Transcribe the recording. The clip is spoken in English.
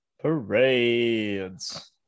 Parades